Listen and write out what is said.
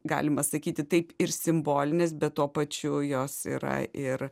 galima sakyti taip ir simbolinės bet tuo pačiu jos yra ir